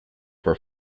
for